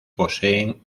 posee